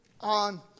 on